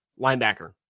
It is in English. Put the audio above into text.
Linebacker